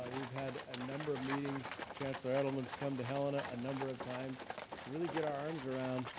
we've had a number of meetings, chancellor edelman's come to helena a number of times to really get our arms around